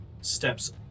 steps